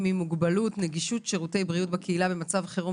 עם מוגבלות (נגישות שירותי בריאות בקהילה במצב חירום),